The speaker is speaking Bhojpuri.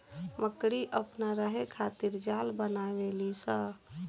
मकड़ी अपना रहे खातिर जाल बनावे ली स